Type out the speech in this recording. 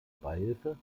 beihilfe